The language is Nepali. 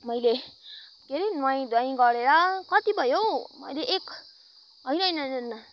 मैले के अरे नुहाइ धुवाइ गरेर कति भयो हौ मैले एक होइन होइन होइन